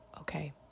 okay